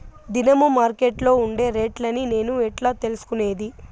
దినము మార్కెట్లో ఉండే రేట్లని నేను ఎట్లా తెలుసుకునేది?